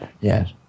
yes